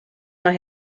mae